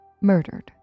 murdered